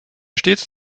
stets